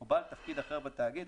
או בעל תפקיד אחר בתאגיד,